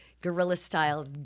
guerrilla-style